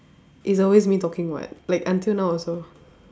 it's always me talking [what] like until now also